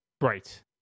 Right